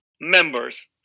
members